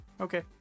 Okay